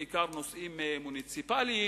בעיקר נושאים מוניציפליים,